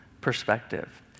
perspective